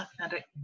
authentic